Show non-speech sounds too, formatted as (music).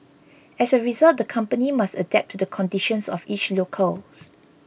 as a result the company must adapt to the conditions of each locale (noise)